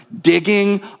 digging